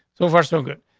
so far, so good.